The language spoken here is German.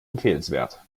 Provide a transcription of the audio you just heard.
empfehlenswert